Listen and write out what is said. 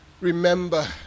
remember